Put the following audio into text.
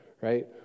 right